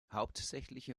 hauptsächliche